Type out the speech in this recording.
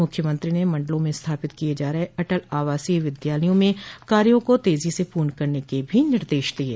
मुख्यमंत्री ने मंडलों में स्थापित किये जा रहे अटल आवासीय विद्यालयों में कार्यो को तेजी से पूर्ण करने के भी निर्देश दिये